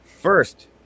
First